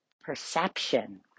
perception